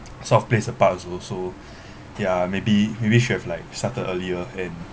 so plays a part also so ya maybe maybe should have like started earlier and